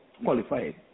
qualified